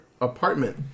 apartment